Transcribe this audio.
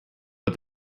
but